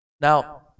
Now